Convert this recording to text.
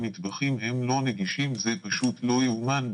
המטבחים הם לא נגישים, זה פשוט לא יאומן.